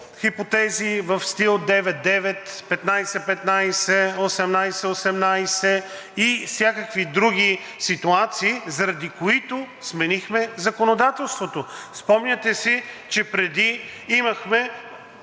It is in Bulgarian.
хипотези – в стил 9 – 9, 15 – 15, 18 – 18, и всякакви други ситуации, заради които сменихме законодателството. Спомняте си, че преди имахме